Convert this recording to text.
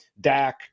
Dak